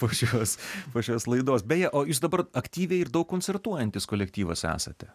po šios po šios laidos beje o jūs dabar aktyviai ir daug koncertuojantis kolektyvas esate